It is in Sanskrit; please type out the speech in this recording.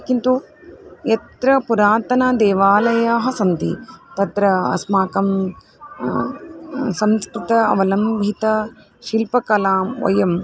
किन्तु यत्र पुरातनदेवालयाः सन्ति तत्र अस्माकं संस्कृतेः अवलम्बितान् शिल्पकलान् वयम्